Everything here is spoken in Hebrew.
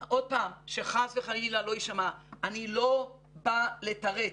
שחס וחלילה לא ישמע, אני לא בא לתרץ.